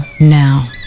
now